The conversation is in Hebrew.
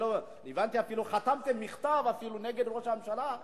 הבנתי שאפילו חתמתם על מכתב נגד ראש הממשלה.